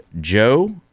Joe